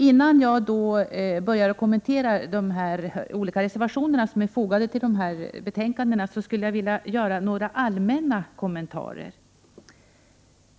Innan jag börjar kommentera de olika reservationer som är fogade till betänkandena vill jag göra några allmänna kommentarer.